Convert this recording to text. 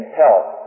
health